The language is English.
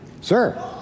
Sir